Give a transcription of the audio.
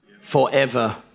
forever